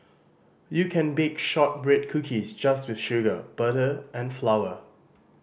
you can bake shortbread cookies just with sugar butter and flour